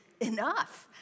enough